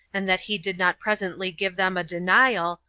and that he did not presently give them a denial,